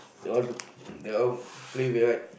they all they all play very hard